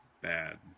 bad